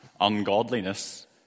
ungodliness